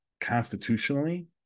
constitutionally